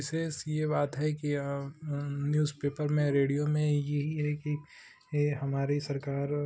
विशेष ये बात है कि न्यूजपेपर में रेडियो में यही है कि ये हमारी सरकार